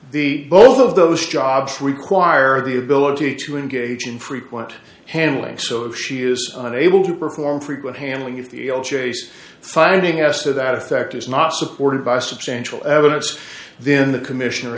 the both of those jobs require the ability to engage in frequent handling so she is unable to perform frequent handling of the chase finding us to that effect is not supported by substantial evidence then the commissioner